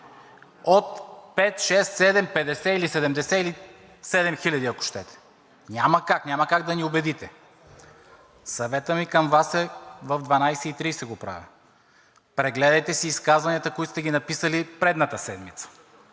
седемдесет, или седем хиляди, ако щете. Няма как! Няма как да ни убедите. Съветът ми към Вас е – в 12,30 ч. го правя, прегледайте си изказванията, които сте написали предната седмица,